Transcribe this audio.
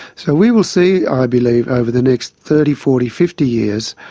so we will see, i believe, over the next thirty, forty, fifty years,